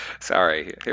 Sorry